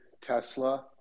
Tesla